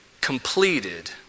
completed